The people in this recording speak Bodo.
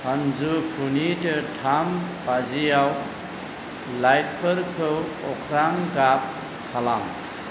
सानजौफुनि थाम बाजियाव लाइटफोरखौ अख्रां गाब खालाम